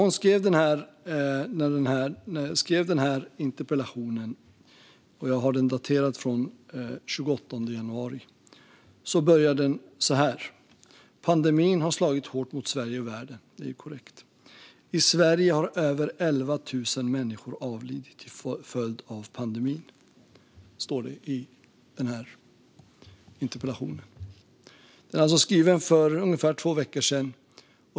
När hon skrev interpellationen - den är daterad den 28 januari - började hon så här: "Pandemin har slagit hårt mot Sverige och världen." Det är korrekt. "I Sverige har över 11 000 människor avlidit till följd av pandemin." Så står det i interpellationen. Den är alltså skriven för ungefär två veckor sedan.